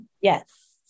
Yes